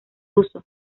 ruso